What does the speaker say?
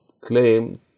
claim